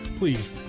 Please